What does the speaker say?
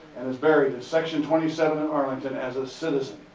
and is buried at section twenty seven in arlington, as a citizen.